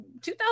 2000